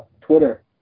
Twitter